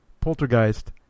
Poltergeist